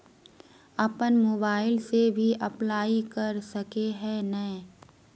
अपन मोबाईल से भी अप्लाई कर सके है नय?